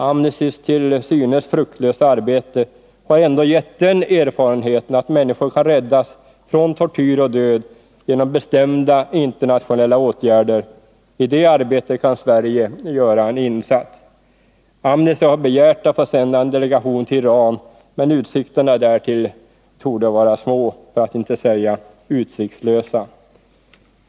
Amnestys till synes fruktlösa arbete har ändå gett den erfarenheten att människor kan räddas från tortyr och död genom bestämda internationella åtgärder. I det arbetet kan Sverige göra en insats. Amnesty har begärt att få sända en delegation till Iran, men utsikterna därtill torde vara små för att inte säga obefintliga.